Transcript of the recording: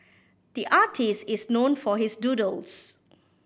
the artist is known for his doodles